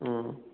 ꯎꯝ